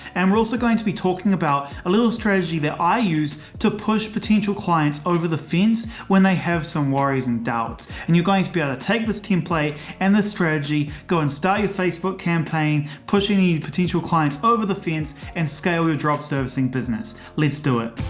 and we're also going to be talking about a little strategy that i use to push potential clients over the fence when they have some worries and doubts. and you're going to be on a take this template and this strategy, go and start your facebook campaign pushing any potential clients over the fence and scale your drop servicing business. let's do it.